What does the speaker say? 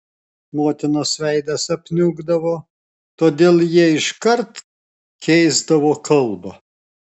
motinos veidas apniukdavo todėl jie iškart keisdavo kalbą